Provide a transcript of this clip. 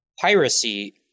piracy